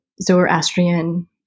Zoroastrian